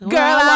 Girl